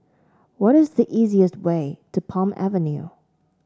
what is the easiest way to Palm Avenue